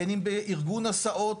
בין אם בארגון הסעות.